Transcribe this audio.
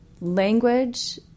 language